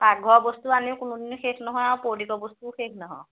পাকঘৰৰ বস্তু আনিও কোনোদিনে শেষ নহয় আৰু পৰ্টিকৰ বস্তুও শেষ নহয়